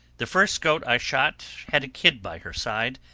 the first goat i shot had a kid by her side,